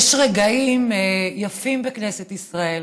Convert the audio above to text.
יש רגעים יפים בכנסת ישראל,